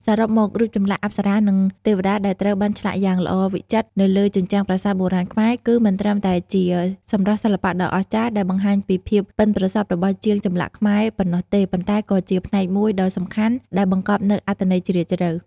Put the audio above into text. សរុបមក រូបចម្លាក់ អប្សរានិង ទេវតា ដែលត្រូវបានឆ្លាក់យ៉ាងល្អវិចិត្រនៅលើជញ្ជាំងប្រាសាទបុរាណខ្មែរ គឺមិនត្រឹមតែជា សម្រស់សិល្បៈដ៏អស្ចារ្យ ដែលបង្ហាញពីភាពប៉ិនប្រសប់របស់ជាងចម្លាក់ខ្មែរប៉ុណ្ណោះទេ ប៉ុន្តែក៏ជាផ្នែកមួយដ៏សំខាន់ ដែលបង្កប់នូវអត្ថន័យជ្រាលជ្រៅ។